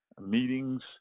meetings